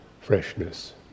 freshness